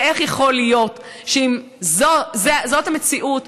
איך יכול להיות שאם זאת המציאות,